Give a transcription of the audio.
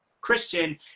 Christian